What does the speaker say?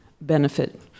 benefit